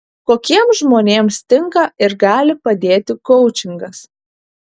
kokiems žmonėms tinka ir gali padėti koučingas